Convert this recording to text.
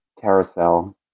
Carousel